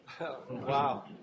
Wow